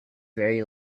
very